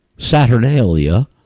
Saturnalia